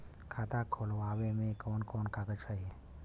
खाता खोलवावे में कवन कवन कागज चाही?